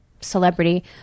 celebrity